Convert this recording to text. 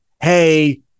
hey